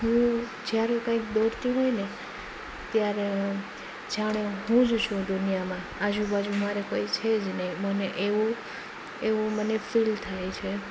હું જ્યારે કંઈક દોરતી હોય ને ત્યારે જાણે હું જ છું દુનિયામાં આજુબાજુ મારે કોઈ છે જ નહીં મને એવું એવું મને ફીલ થાય છે